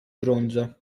bronzo